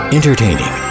Entertaining